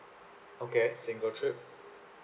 okay then go through